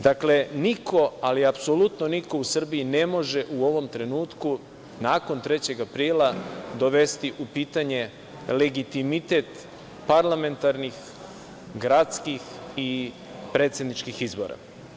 Dakle, niko, ali apsolutno niko u Srbiji ne može u ovom trenutku nakon 3. aprila dovesti u pitanje legitimitet parlamentarnih, gradskih i predsedničkih izbora.